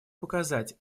показать